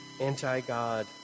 anti-God